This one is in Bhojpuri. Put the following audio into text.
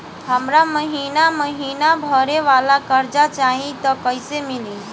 हमरा महिना महीना भरे वाला कर्जा चाही त कईसे मिली?